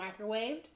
microwaved